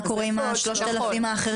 מה קורה עם ה-3,000 האחרים?